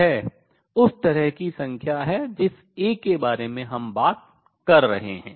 यह उस तरह की संख्या है जिस A के बारे में हम बात कर रहे हैं